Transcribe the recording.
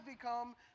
become